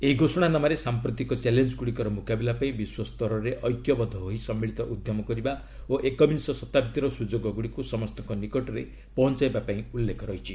ଏହି ଘୋଷଣାନାମାରେ ସାମ୍ପ୍ରତିକ ଚ୍ୟାଲେଞ୍ଗୁଡ଼ିକର ମୁକାବିଲା ପାଇଁ ବିଶ୍ୱ ସ୍ତରରେ ଐକ୍ୟବଦ୍ଧ ହୋଇ ସମ୍ମିଳିତ ଉଦ୍ୟମ କରିବା ଓ ଏକବିଂଶ ଶତାବ୍ଦୀର ସୁଯୋଗଗୁଡ଼ିକୁ ସମସ୍ତଙ୍କ ନିକଟରେ ପହଞ୍ଚାଇବାପାଇଁ ଉଲ୍ଲେଖ ରହିଛି